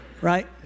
right